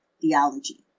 theology